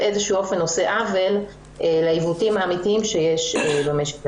באיזשהו אופן עושה עוול לעיוותים האמיתיים שיש במשק הישראלי.